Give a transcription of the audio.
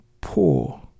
poor